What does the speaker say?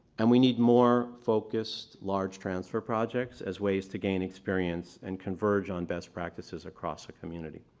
and we need more focused, large transfer projects as ways to gain experience and converge on best practices across a community.